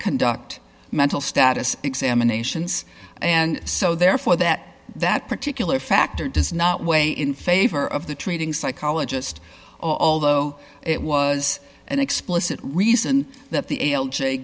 conduct mental status examinations and so therefore that that particular factor does not weigh in favor of the treating psychologist although it was an explicit reason that the